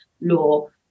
law